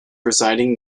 residing